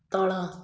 ତଳ